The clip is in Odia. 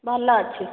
ଭଲ ଅଛି